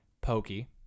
Pokey